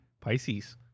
Pisces